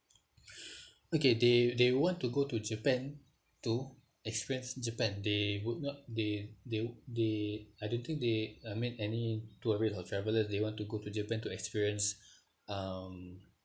okay they they want to go to japan to experience japan they would not they they they I don't think they uh I mean any tourist or travelers they want to go to japan to experience um